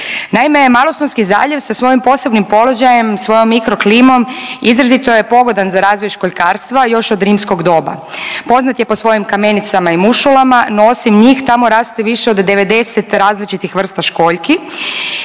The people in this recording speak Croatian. Naime, Malostonski zaljev sa svojim posebnim položajem, svojom mikro klimom izrazito je pogodan za razvoj školjkarstva još od rimskog doba, poznat je po svojim kamenicama i mušulama, no osim njih tamo raste više od 90 različitih vrsta školjki